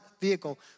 vehicle